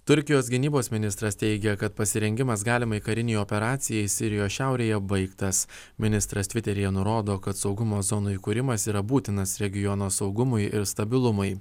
turkijos gynybos ministras teigia kad pasirengimas galimai karinei operacijai sirijos šiaurėje baigtas ministras tviteryje nurodo kad saugumo zonų įkūrimas yra būtinas regiono saugumui ir stabilumui